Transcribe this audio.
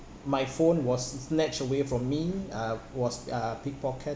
my phone was s~ snatched away from me uh was uh pick pocketed